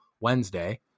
Wednesday